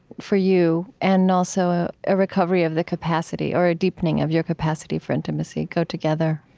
for you and also, ah a recovery of the capacity, or a deepening of your capacity for intimacy go together.